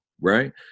right